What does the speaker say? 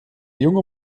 junge